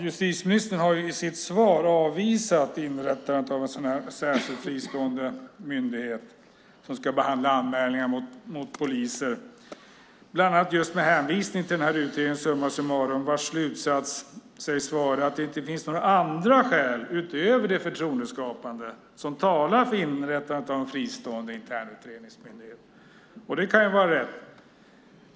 Justitieministern har i sitt svar avvisat inrättandet av en särskild, fristående myndighet som ska behandla anmälningar mot poliser, bland annat med hänvisning till utredningen Summa summarum , vars slutsats sägs vara att det inte finns några skäl, utöver de förtroendeskapande, som talar för ett inrättande av en fristående internutredningsmyndighet.